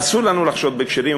אסור לנו לחשוד בכשרים,